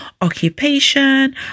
occupation